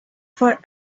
for